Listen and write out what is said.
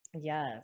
Yes